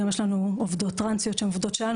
יש לנו עובדות טרנסיות שהן עובדות שלנו,